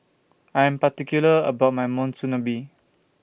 I'm particular about My Monsunabe